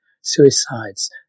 suicides